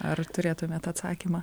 ar turėtumėt atsakymą